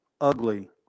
ugly